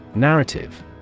Narrative